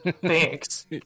Thanks